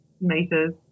meters